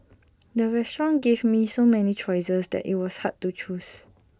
the restaurant gave me so many choices that IT was hard to choose